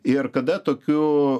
ir kada tokių